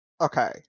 okay